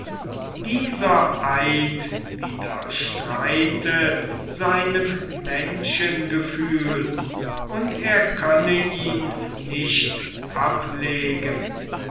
dieser eid widerstreite seinem menschengefühl und er könne ihn nicht ablegen